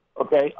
Okay